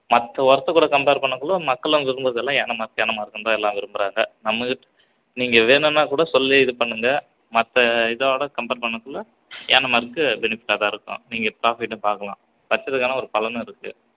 மற்ற உரத்து கூட கம்பேர் பண்ணக்குள்ள மக்கள்லாம் விரும்புறதெல்லாம் யானை மார்க் யானை மார்க்குன்னு தான் எல்லாம் விரும்புகிறாங்க நம்மகிட்ட நீங்கள் வேணும்னா கூட சொல்லி இது பண்ணுங்கள் மற்ற இதோடு கம்பேர் பண்ணக்குள்ளே யானை மார்க்கு பெனிஃபிட்டாக தான் இருக்கும் நீங்கள் ப்ராஃபிட்டும் பார்க்கலாம் கஷ்டத்துக்கான ஒரு பலனும் இருக்கு